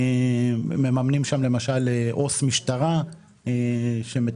מממנים שם למשל עו"ס משטרה שמטפל.